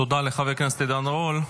תודה לחבר הכנסת עידן רול.